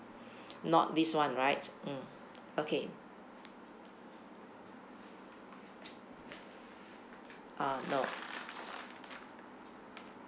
not this one right mm okay ah no